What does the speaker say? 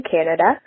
Canada